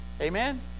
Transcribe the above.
Amen